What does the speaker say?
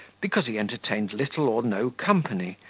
because he entertained little or no company,